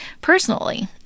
Personally